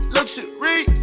Luxury